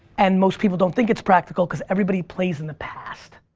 and most people don't think it's practical because everybody plays in the past.